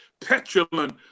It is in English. petulant